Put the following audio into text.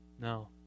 No